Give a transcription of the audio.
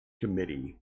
Committee